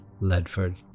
Ledford